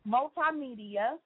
Multimedia